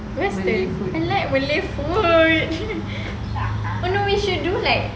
western I like malay food oh no we should do like uh